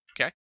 Okay